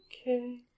Okay